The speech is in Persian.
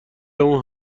اون